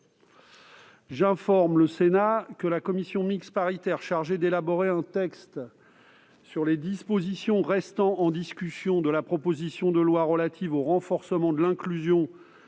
J'informe le Sénat que la commission mixte paritaire chargée d'élaborer un texte sur les dispositions restant en discussion de la proposition de loi relative au renforcement de l'inclusion